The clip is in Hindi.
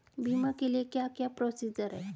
बीमा के लिए क्या क्या प्रोसीजर है?